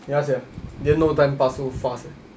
ya sia didn't know time pass so fast eh